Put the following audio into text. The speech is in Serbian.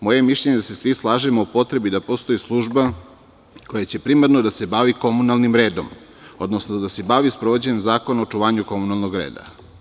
Moje mišljenje je da se svi slažemo o potrebi da postoji služba koja će primarno da bavi komunalnim redom, odnosno da se bavi sprovođenjem zakona o očuvanju komunalnog reda.